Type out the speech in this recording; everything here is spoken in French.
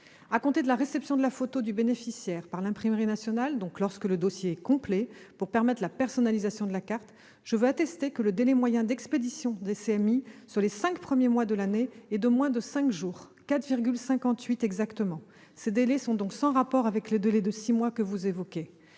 À compter de la réception de la photo du bénéficiaire par l'Imprimerie nationale, donc lorsque le dossier est complet pour permettre la personnalisation de la carte, le délai moyen d'expédition des CMI est, sur les cinq premiers mois de l'année, de 4,58 jours exactement. Ces délais sont donc sans rapport avec le délai de six mois que vous évoquez.